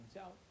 out